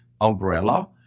umbrella